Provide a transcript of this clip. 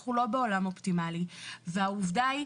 שאנחנו לא בעולם אופטימאלי והעובדה היא,